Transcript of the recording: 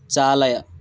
चालय